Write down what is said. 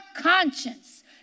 conscience